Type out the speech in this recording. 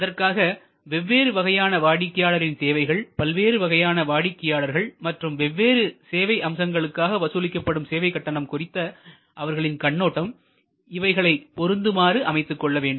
அதற்காக வெவ்வேறு வகையான வாடிக்கையாளரின் தேவைகள்பல்வேறு வகையான வாடிக்கையாளர்கள் மற்றும் வெவ்வேறு சேவை அம்சங்களுக்காக வசூலிக்கப்படும் சேவை கட்டணம் குறித்த அவர்களின் கண்ணோட்டம் இவைகளை பொருந்துமாறு அமைத்துக்கொள்ள வேண்டும்